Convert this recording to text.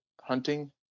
hunting